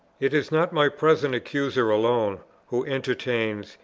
it is not my present accuser alone who entertains,